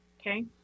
Okay